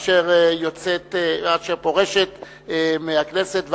אשר פורשת מהכנסת,